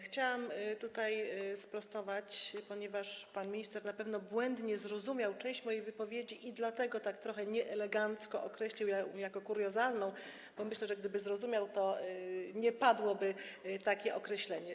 Chciałam tutaj sprostować, ponieważ pan minister na pewno błędnie zrozumiał część mojej wypowiedzi i dlatego tak trochę nieelegancko określił ją jako kuriozalną, bo myślę, że gdyby zrozumiał, to nie padłoby takie określenie.